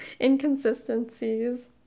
Inconsistencies